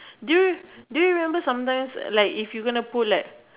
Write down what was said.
do you do you remember sometimes like if you gonna put like